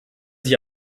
sich